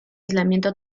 aislamiento